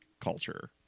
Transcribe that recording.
culture